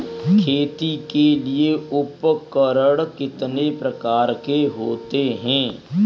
खेती के लिए उपकरण कितने प्रकार के होते हैं?